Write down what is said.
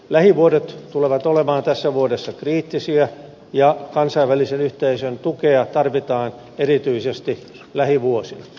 lähivuodet tulevat olemaan tässä muodossa kriittisiä ja kansainvälisen yhteisön tukea tarvitaan erityisesti lähivuosina